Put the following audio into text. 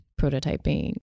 prototyping